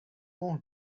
مهر